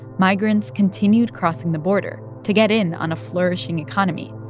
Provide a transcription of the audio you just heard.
migrants continued crossing the border to get in on a flourishing economy.